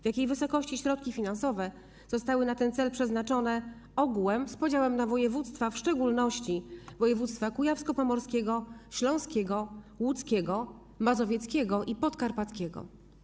W jakiej wysokości środki finansowe zostały na ten cel przeznaczone ogółem, z podziałem na województwa, w szczególności z uwzględnieniem województw kujawsko-pomorskiego, śląskiego, łódzkiego, mazowieckiego i podkarpackiego?